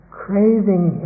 craving